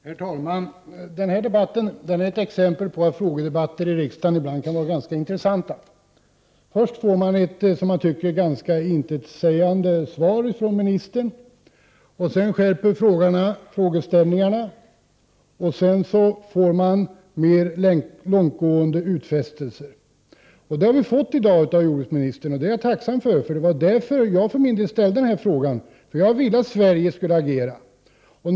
Herr talman! Den här debatten är ett exempel på att frågedebatter i riksdagen ibland kan vara ganska intressanta. Först får man ett, som jag tycker, ganska intetsägande svar från ministern. Sedan skärps frågeställningarna. Därefter får man mer långtgående utfästelser. Det har vi fått från jordbruksministern i dag, och det är jag tacksam för, eftersom det var därför jag ställde den här frågan. Jag vill nämligen att Sverige skall agera.